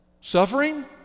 Suffering